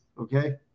Okay